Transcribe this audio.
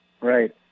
Right